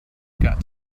got